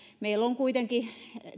meillä on kuitenkin